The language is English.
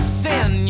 sin